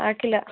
ಹಾಕಿಲ್ಲ